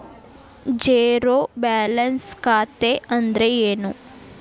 Zero balance ಖಾತೆ ಅಂದ್ರೆ ಏನು?